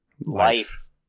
life